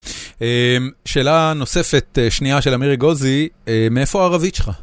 שאלה נוספת שנייה של אמירי גוזי, מאיפה הערבית שלך?